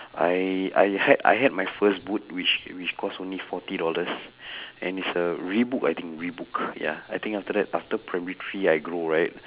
I I had I had my first boot which which cost only forty dollars and it's a reebok I think reebok ya I think after that after primary three I grow right